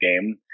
game